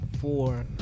four